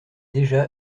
déjà